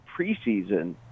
preseason –